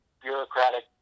bureaucratic